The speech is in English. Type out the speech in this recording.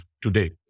today